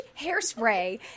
Hairspray